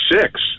six